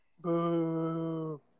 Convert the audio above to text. Boo